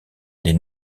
des